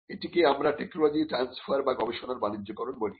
এটিকে আমরা টেকনোলজি র ট্রানস্ফার বা গবেষণার বাণিজ্যকরণ বলি